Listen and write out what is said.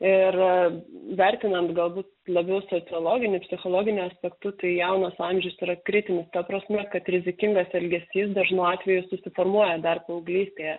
ir vertinant galbūt labiau sociologiniu psichologiniu aspektu tai jaunas amžius yra kritinis ta prasme kad rizikingas elgesys dažnu atveju susiformuoja dar paauglystėje